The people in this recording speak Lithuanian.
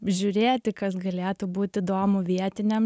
žiūrėti kas galėtų būt įdomu vietiniam